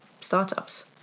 startups